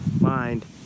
mind